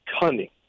cunning